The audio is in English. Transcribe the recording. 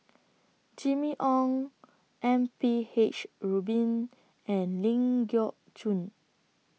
Jimmy Ong M P H Rubin and Ling Geok Choon